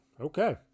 Okay